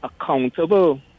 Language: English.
accountable